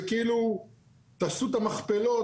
זה כאילו תעשו את המכפלות,